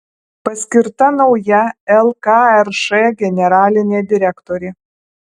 paskirta nauja lkrš generalinė direktorė